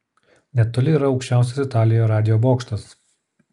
netoli yra aukščiausias italijoje radijo bokštas